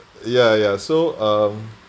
ya ya ya so um